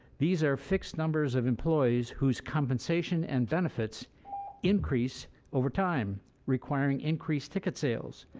these are fixed numbers of employees whose compensation and benefits increase over time requiring increased ticket sales,